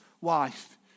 wife